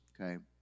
okay